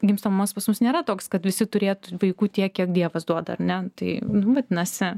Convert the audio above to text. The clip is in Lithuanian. gimstamumas pas mus nėra toks kad visi turėtų vaikų tiek kiek dievas duoda ar ne nu tai vadinasi